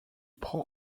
prend